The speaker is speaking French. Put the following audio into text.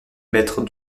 mètres